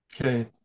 Okay